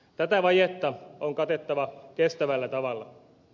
tätä vajetta on katettava kestävällä tavalla